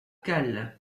cal